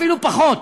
אפילו פחות.